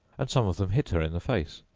and some of them hit her in the face.